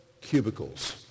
cubicles